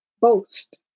boast